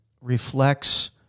reflects